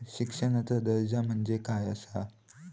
शिक्षणाचा कर्ज म्हणजे काय असा?